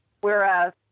Whereas